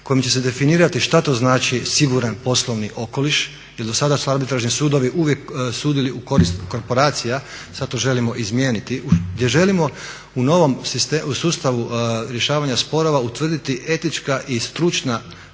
kojim će se definirati šta to znači siguran poslovni okoliš, jer do sada su arbitražni sudovi uvijek sudili u korist korporacija, sad to želimo izmijeniti, gdje želimo u novom sustavu rješavanja sporova utvrditi etička i stručna